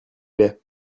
vais